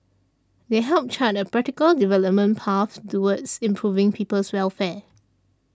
they help chart a practical development path towards improving people's welfare